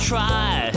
try